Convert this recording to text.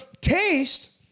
taste